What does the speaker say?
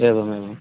एवमेवं